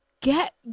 Get